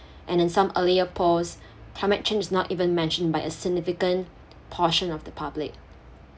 and in some earlier polls climate change is not even mentioned by a significant portion of the public